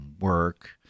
work